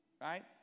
Right